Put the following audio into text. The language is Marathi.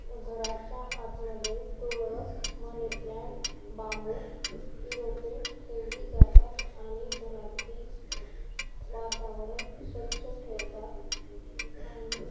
घराच्या आतमध्ये तुळस मनीप्लांट बांबू ही रोपे ठेवली जातात आणि घरातील वातावरण स्वच्छ ठेवतात आणि